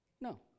No